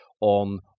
on